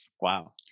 Wow